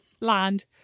land